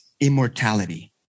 immortality